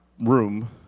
room